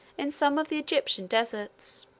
in some of the egyptian deserts.